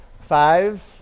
Five